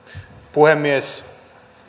puhemies